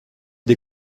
des